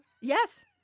Yes